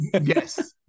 Yes